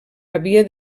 havia